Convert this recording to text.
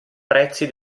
prezzi